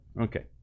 okay